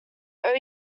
owe